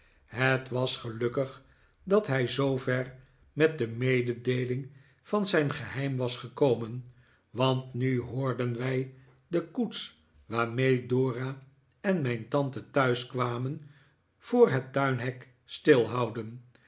het was gelukkig dat hij zoover met de mededeeling van zijn geheim was gekomen want nu hoorden wij de koets waarmee dora en mijn tante thuis kwamen voor het tuinhek stilhouden